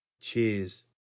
Cheers